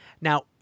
now